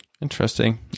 Interesting